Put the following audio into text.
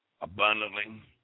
abundantly